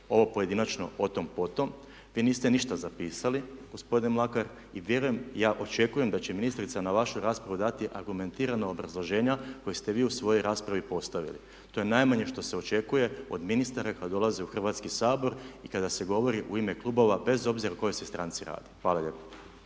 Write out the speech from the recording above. ovo pojedinačno o tom potom. Vi niste ništa zapisali. Gospodine Mlakar vjerujem, ja očekujem da će ministrica na vašu raspravu dati argumentirana obrazloženja koja ste vi u svojoj raspravi postavili. To je najmanje što se očekuje od ministara kad dolaze u Hrvatski sabor i kada se govori u ime klubova bez obzira o kojoj se stranci radi. Hvala lijepo.